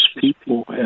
people